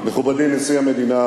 מכובדי נשיא המדינה